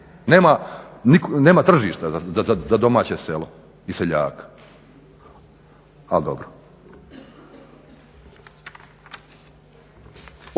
Nema tržišta za domaće selo i seljaka, ali dobro.